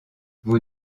vous